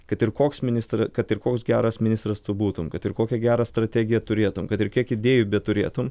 kad ir koks ministr kad ir koks geras ministras tu būtum kad ir kokią gerą strategiją turėtum kad ir kiek idėjų beturėtum